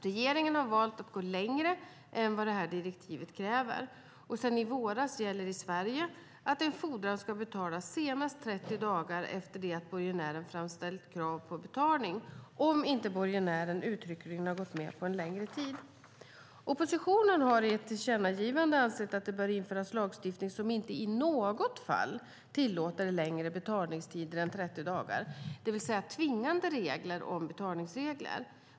Regeringen har valt att gå längre än vad direktivet kräver. Sedan i våras gäller i Sverige att en fordran ska betalas senast 30 dagar efter det att borgenären framställt krav på betalning, om inte borgenären uttryckligen har gått med på en längre tid. Oppositionen har i ett tillkännagivande ansett att det bör införas lagstiftning som inte i något fall tillåter längre betalningstider än 30 dagar, det vill säga tvingande regler om betalningstider.